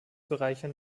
bereichern